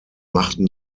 machten